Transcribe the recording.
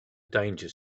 danger